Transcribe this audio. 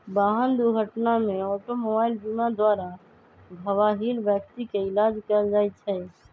वाहन दुर्घटना में ऑटोमोबाइल बीमा द्वारा घबाहिल व्यक्ति के इलाज कएल जाइ छइ